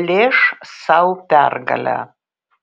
plėš sau pergalę